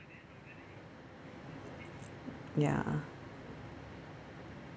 ya